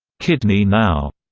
kidney now,